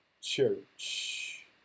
church